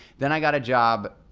then i got a job,